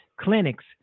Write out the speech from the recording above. clinics